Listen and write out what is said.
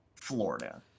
Florida